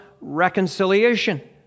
reconciliation